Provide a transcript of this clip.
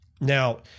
Now